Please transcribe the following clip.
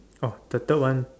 oh the third one